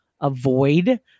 avoid